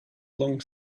long